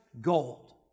gold